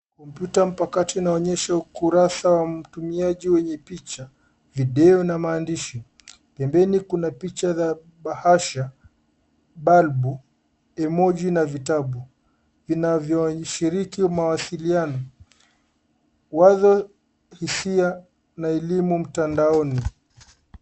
Kompyuta mpakato inaonyesha ukurasa wa mtumiaji wenye picha, video na maandishi. Pembeni kuna picha za bahasha, balbu, emoji na vitabu vinavyoshiriki mawasiliano, wazo hisia na elimu mtandaoni.